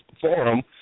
forum